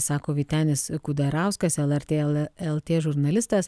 sako vytenis e kudarauskas lrt lt žurnalistas